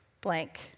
blank